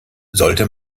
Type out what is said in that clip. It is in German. sollte